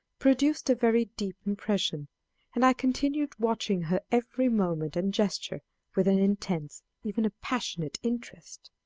produced a very deep impression and i continued watching her every movement and gesture with an intense, even a passionate interest.